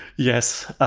yes.